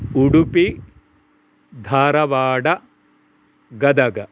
Udupi Dharwad Gadag